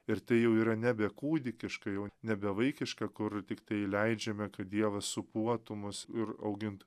ir tai jau yra nebe kūdikiška jau nebevaikiška kur tiktai leidžiame dievas sūpuotų mus ir augint